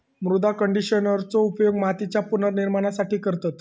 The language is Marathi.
मृदा कंडिशनरचो उपयोग मातीच्या पुनर्निर्माणासाठी करतत